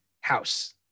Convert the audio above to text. house